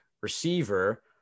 receiver